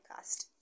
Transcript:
podcast